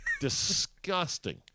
Disgusting